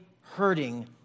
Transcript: hurting